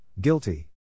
guilty